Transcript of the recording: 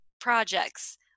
projects